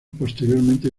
posteriormente